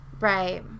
right